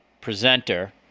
presenter